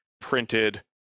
printed